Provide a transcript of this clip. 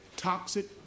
Toxic